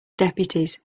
deputies